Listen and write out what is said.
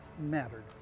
mattered